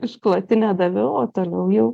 išklotinę daviau o gal jau